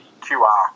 QR